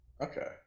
Okay